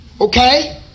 Okay